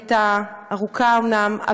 הייתה ארוכה אומנם,